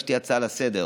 הגשתי הצעה לסדר-היום.